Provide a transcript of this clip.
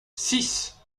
six